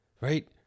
right